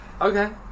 Okay